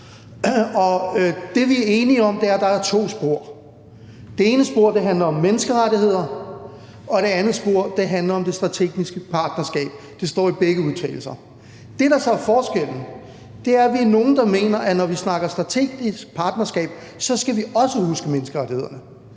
Det, vi er enige om, er, at der er to spor. Det ene spor handler om menneskerettigheder, og det andet spor handler om det strategiske partnerskab – det står i begge forslag til vedtagelse. Det, der så er forskellen, er, at vi er nogle, der mener, at når vi snakker strategisk partnerskab, så skal vi også huske menneskerettighederne.